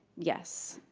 yes.